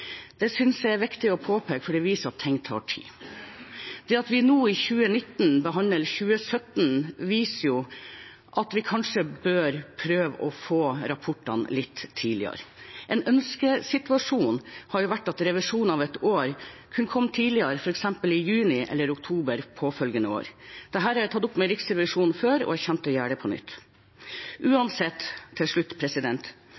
Det synes jeg er viktig å påpeke, for det viser at ting tar tid. Det at vi nå i 2019 behandler 2017 viser jo at vi kanskje bør prøve å få rapportene litt tidligere. En ønskesituasjon hadde vært at revisjonen av et år kunne komme tidligere, f.eks. i juni eller oktober påfølgende år. Dette har jeg tatt opp med Riksrevisjonen før, og jeg kommer til å gjøre det på nytt.